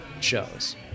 shows